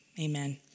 amen